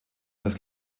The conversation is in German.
des